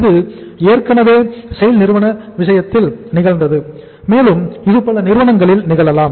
இது ஏற்கனவே SAIL நிறுவன விஷயத்தில் நிகழ்ந்தது மேலும் இது பல நிறுவனங்களில் நிகழலாம்